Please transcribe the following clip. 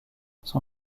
son